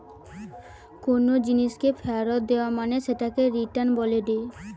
কোনো জিনিসকে ফেরত দেয়া মানে সেটাকে রিটার্ন বলেটে